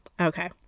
Okay